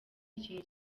ikintu